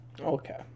Okay